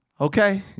Okay